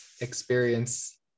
experience